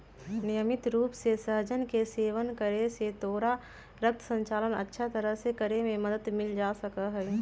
नियमित रूप से सहजन के सेवन करे से तोरा रक्त संचार अच्छा तरह से करे में मदद मिल सका हई